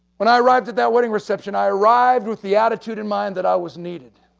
when i arrived at that wedding reception, i arrived with the attitude in mind that i was needed.